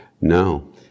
No